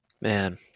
Man